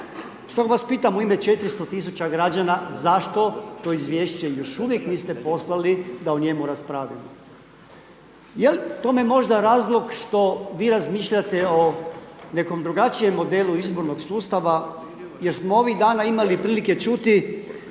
Stoga vas pitam u ime 400 000 građana zašto to izvješće još uvijek niste poslali da o njemu raspravljamo? Je li tome možda razlog što vi razmišljate o nekom drugačijem modelu izbornog sustava jer smo ovih dana imali prilike čuti